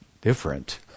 different